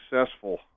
successful